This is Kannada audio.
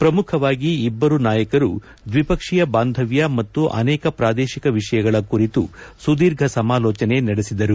ಪ್ರಮುಖವಾಗಿ ಇಬ್ಬರು ನಾಯಕರು ದ್ವಿಪಕ್ಷೀಯ ಬಾಂಧವ್ದ ಮತ್ತು ಅನೇಕ ಪ್ರಾದೇಶಿಕ ವಿಷಯಗಳ ಕುರಿತು ಸುದೀರ್ಘ ಸಮಾಲೋಚನೆ ನಡೆಸಿದರು